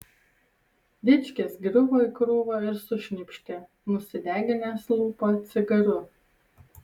dičkis griuvo į krūvą ir sušnypštė nusideginęs lūpą cigaru